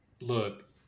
look